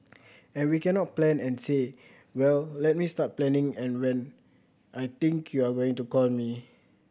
and we cannot plan and say well let me start planning and when I think you are going to call me